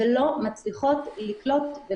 אז אני